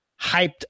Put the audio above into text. hyped